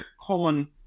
common